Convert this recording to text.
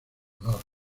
honor